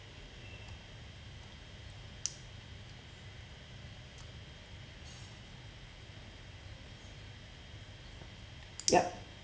yup